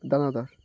দানাদার